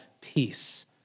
peace